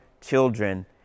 children